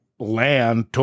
land